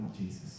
Jesus